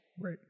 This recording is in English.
Right